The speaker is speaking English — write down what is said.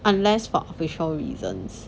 unless for official reasons